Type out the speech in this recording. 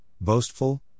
boastful